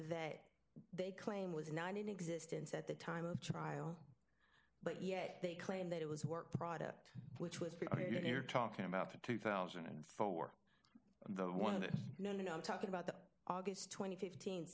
that they claim was not in existence at the time of trial but yet they claim that it was a work product which was talking about a two thousand and four war the one that you know no i'm talking about the august twenty fifteen